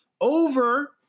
Over